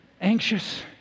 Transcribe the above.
anxious